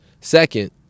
Second